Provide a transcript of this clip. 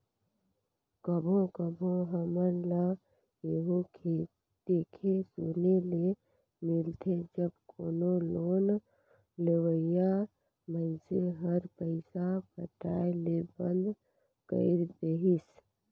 कभों कभों हमन ल एहु देखे सुने ले मिलथे जब कोनो लोन लेहोइया मइनसे हर पइसा पटाए ले बंद कइर देहिस